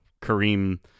kareem